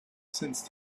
sensed